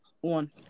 one